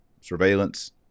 surveillance